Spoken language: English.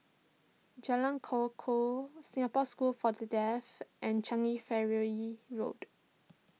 Jalan Kukoh Singapore School for the Deaf and Changi Ferry Road